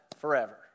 forever